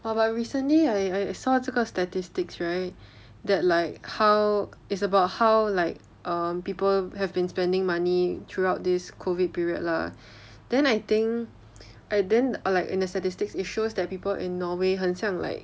but but recently I I saw 这个 statistics right that like how it's about how like people have been spending money throughout this COVID period lah then I think I then eh like in the statistics shows that people in norway 很像 like